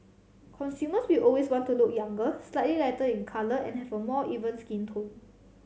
consumers will always want to look younger slightly lighter in colour and have a more even skin tone